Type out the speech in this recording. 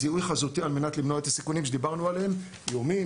בזיהוי חזותי על מנת למנוע את הסיכונים שדיברנו עליהם - איומים,